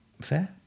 fair